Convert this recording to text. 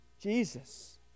Jesus